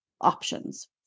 options